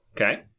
okay